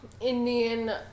Indian